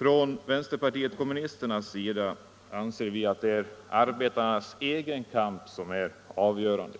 I vänsterpartiet kommunisterna anser vi att det är ar betarnas egen kamp som är avgörande.